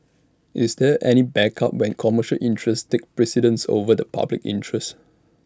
is there any backup when commercial interests take precedence over the public interest